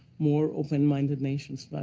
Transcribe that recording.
more open minded nations,